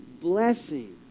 blessing